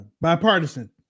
bipartisan